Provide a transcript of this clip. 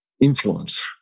influence